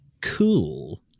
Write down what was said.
cool